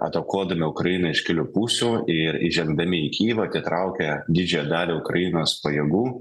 atakuodami ukrainą iš kelių pusių ir įžengdami į kijevą atitraukė didžiąją dalį ukrainos pajėgų